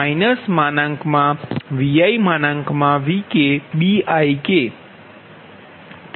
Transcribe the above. Vkએક ધારણા બનાવે Vk≈1છે